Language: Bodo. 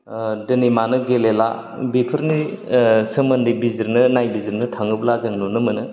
ओ दिनै मानो गेलेला बेफोरनि सोमोनदै बिजिरनो नायबिजिरनो थाङोब्ला जों नुनो मोनो